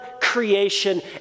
creation